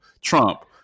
Trump